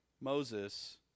Moses